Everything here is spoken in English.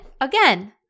again